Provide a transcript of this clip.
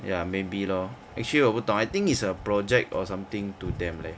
ya maybe lor actually 我不懂 I think it's a project or something to them leh